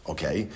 Okay